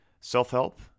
self-help